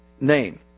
name